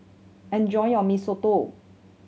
enjoy your Mee Soto